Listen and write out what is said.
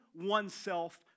oneself